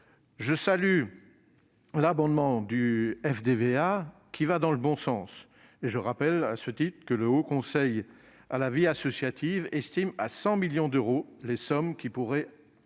Je salue l'abondement du FDVA, qui va dans le bon sens. Je rappelle que le Haut Conseil à la vie associative estime à 100 millions d'euros les sommes qui pourraient ainsi